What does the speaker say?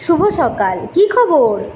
শুভ সকাল কী খবর